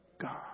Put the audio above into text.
God